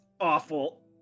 awful